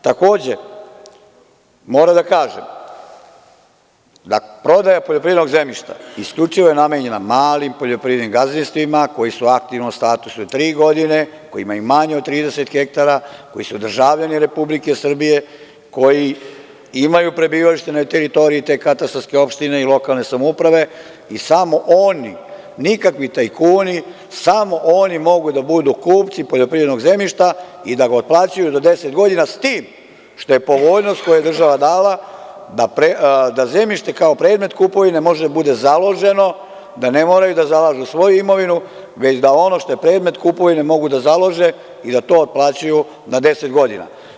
Takođe, moram da kažem da prodaja poljoprivrednog zemljišta isključivo je namenjena malim poljoprivrednim gazdinstvima koji su u aktivnom statusu tri godine koji imaju manje od 30 hektara koji su državljani Republike Srbije, koji imaju prebivalište na teritoriji te katastarske opštine i lokalne samouprave i samo oni nikakvi tajkuni, samo oni mogu da budu kupci poljoprivrednog zemljišta i da ga otplaćuju do deset godina s tim što je povoljnost koje je država dala da zemljište kao predmet kupovine može da bude založeno, da ne moraju da zalažu svoju imovinu već da ono što je predmet kupovine mogu da založe i da to otplaćuju na deset godina.